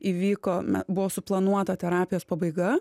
įvyko buvo suplanuota terapijos pabaiga